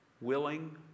willing